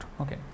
Okay